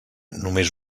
només